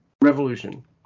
Revolution